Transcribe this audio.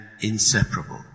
inseparable